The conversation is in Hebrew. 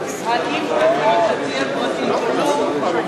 האם הקרקע תהיה פרטית או לא,